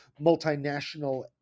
multinational